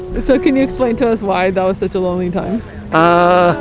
so, can you explain to us why that was such a lonely time ah